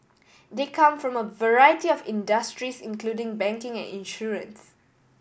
they come from a variety of industries including banking and insurance